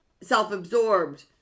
self-absorbed